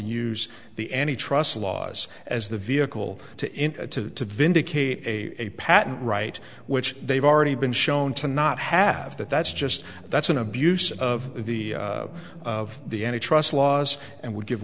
use the any trust laws as the vehicle to in a to vindicate a patent right which they've already been shown to not have that that's just that's an abuse of the of the any trust laws and would give